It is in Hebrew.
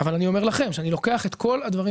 אבל אומר לכם שאני לוקח את כל הדברים